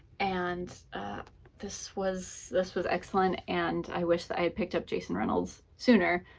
and this was, this was excellent and i wish that i had picked up jason reynolds sooner,